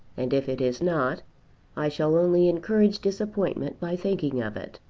and if it is not i shall only encourage disappointment by thinking of it.